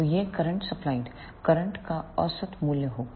तो यह current supplied current का औसत मूल्य होगा